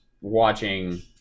watching